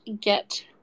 get